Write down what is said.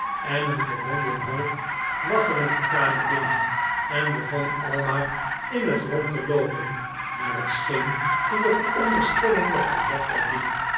en een verbonden hoofd waggelend de kamer binnen en begon al maar in het rond te loopen naar het scheen in de veronderstelling dat hij rechtuit liep